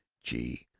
gee,